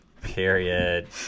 Period